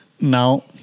Now